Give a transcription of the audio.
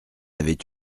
avait